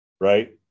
right